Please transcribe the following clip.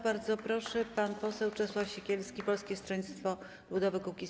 Bardzo proszę, pan poseł Czesław Siekierski, Polskie Stronnictwo Ludowe - Kukiz15.